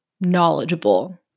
knowledgeable